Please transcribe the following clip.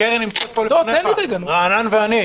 הקרן נמצאת פה לפניך רענן ואני.